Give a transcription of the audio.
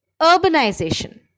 urbanization